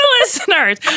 listeners